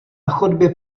chodbě